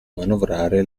manovrare